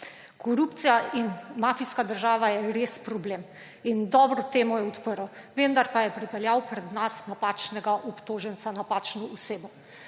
Korupcija in mafijska država sta res problem in dobro temo je odprl, vendar pa je pripeljal pred nas napačnega obtoženca, napačno osebo.